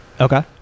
Okay